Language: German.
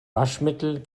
waschmittel